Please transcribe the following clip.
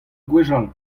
gwechall